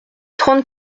trente